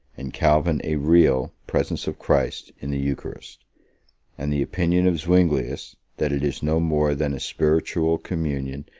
and calvin a real, presence of christ in the eucharist and the opinion of zuinglius, that it is no more than a spiritual communion,